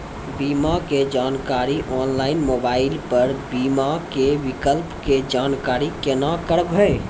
बीमा के जानकारी ऑनलाइन मोबाइल पर बीमा के विकल्प के जानकारी केना करभै?